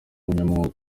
umunyamwuga